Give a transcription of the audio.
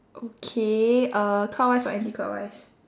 okay uh clockwise or anticlockwise